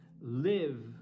Live